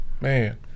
Man